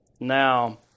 Now